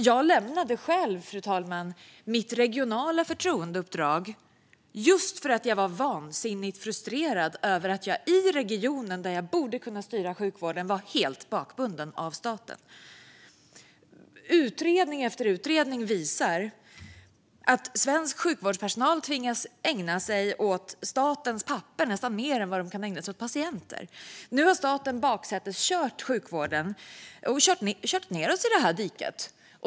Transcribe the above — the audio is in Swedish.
Jag lämnade själv, fru talman, mitt regionala förtroendeuppdrag just för att jag var vansinnigt frustrerad över att jag i regionen där jag borde kunna styra sjukvården var helt bakbunden av staten. Utredning efter utredning visar att svensk sjukvårdspersonal tvingas ägna sig åt statens papper mer än vad de kan ägna sig åt patienter. Nu har staten baksäteskört sjukvården ned i diket.